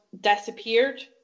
disappeared